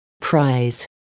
prize